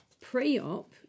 Pre-op